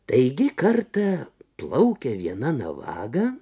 taigi kartą plaukia viena navaga